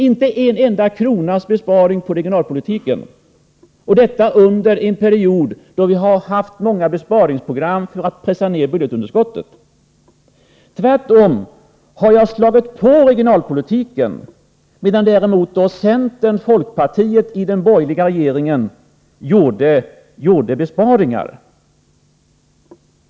Inte en enda krona i besparingar har det varit fråga om — och det under en period då vi har haft många besparingsprogram för att pressa ned budgetunderskottet. Tvärtom har jag ökat anslagen till regionalpolitiken, medan däremot centern och folkpartiet i den borgerliga regeringen gjorde besparingar.